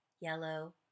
yellow